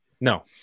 No